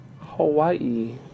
Hawaii